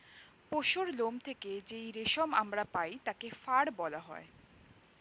পশুর লোম থেকে যেই রেশম আমরা পাই তাকে ফার বলা হয়